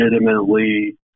legitimately